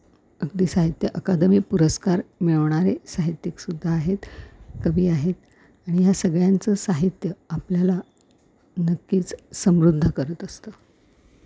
अगदी साहित्य अकादमी पुरस्कार मिळवणारे साहित्यिकसुद्धा आहेत कवी आहेत आणि ह्या सगळ्यांचं साहित्य आपल्याला नक्कीच समृद्ध करत असतं